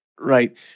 Right